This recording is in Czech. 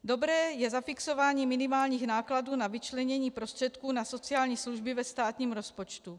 Dobré je zafixování minimálních nákladů na vyčlenění prostředků na sociální služby ve státním rozpočtu.